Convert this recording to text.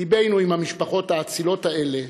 לבנו עם המשפחות האצילות האלה,